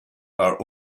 are